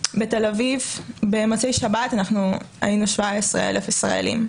במוצאי שבת, היינו 17,000 ישראלים.